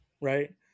right